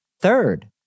Third